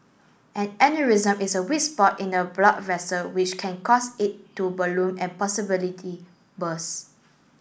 an aneurysm is a weak spot in a blood vessel which can cause it to balloon and possibility burst